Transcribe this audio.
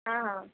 ہاں ہاں